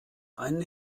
einen